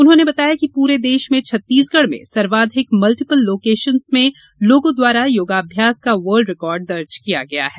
उन्होंने बताया कि पूरे देश में छत्तीसगढ़ में सर्वाधिक मल्टीपल लोकेशन में लोगों द्वारा योगाभ्यास का वर्ल्ड रिकार्ड दर्ज किया गया है